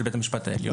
של בית המשפט העליון.